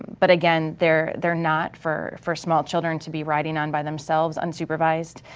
but again they're they're not for for small children to be riding on by themselves unsupervised.